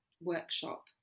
workshop